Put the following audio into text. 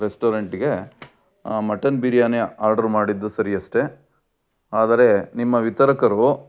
ರೆಸ್ಟೋರೆಂಟಿಗೆ mutton biryani order ಮಾಡಿದ್ದು ಸರಿ ಅಷ್ಟೇ ಆದರೆ ನಿಮ್ಮ ವಿತರಕರು